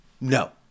No